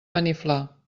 beniflà